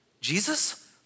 Jesus